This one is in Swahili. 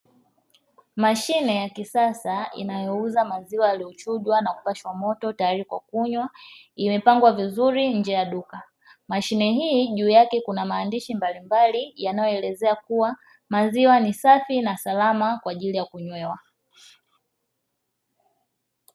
Mashine ya kisasa inayouza maziwa yaliyochujwa na kupashwa moto tayari kwa kunywa, imepangwa vizuri nje ya duka mashine hii juu yake kuna maandishi mbalimbali yanayoelezea kua maziwa ni safi na salama kwaajili ya kunywewa.